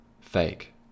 fake